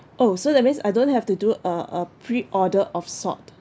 oh so that means I don't have to do a a pre-order of sort